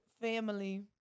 family